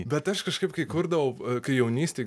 bet aš kažkaip kai kurdavau kai jaunystėj